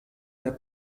der